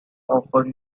often